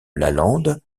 lalande